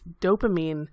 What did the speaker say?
dopamine